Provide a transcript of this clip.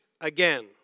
again